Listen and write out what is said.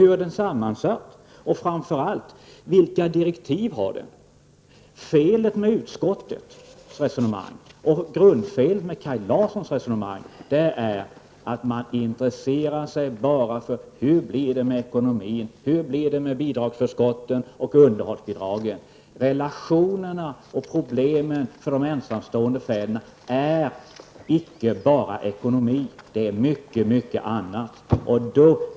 Hur är den sammansatt? Och framför allt -- vilka direktiv har den fått? Ett fel med utskottets resonemang, och grundfelet med Kaj Larssons, är att man bara intresserar sig för hur det blir med ekonomin, bidragsförskotten och underhållsbidragen. Relationerna och problemen för ensamstående fäder gäller inte bara ekonomin, utan mycket annat.